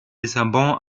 lissabon